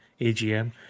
AGM